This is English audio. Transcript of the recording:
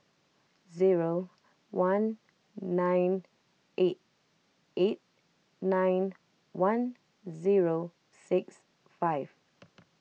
zero one nine eight eight nine one zero six five